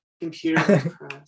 computer